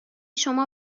شما